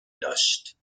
داشت